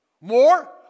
More